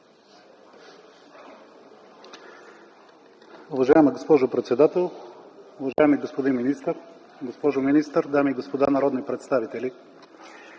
Уважаема госпожо председател, уважаеми господин министър, госпожо министър, дами и господа народни представители!